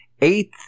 eighth